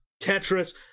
Tetris